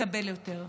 מקבל יותר.